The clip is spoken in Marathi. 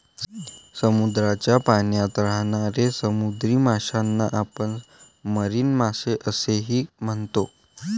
समुद्राच्या पाण्यात राहणाऱ्या समुद्री माशांना आपण मरीन मासे असेही म्हणतो